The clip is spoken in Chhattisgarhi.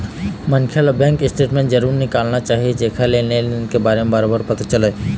मनखे ल बेंक स्टेटमेंट जरूर निकालना चाही जेखर ले लेन देन के बारे म बरोबर पता चलय